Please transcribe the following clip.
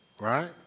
right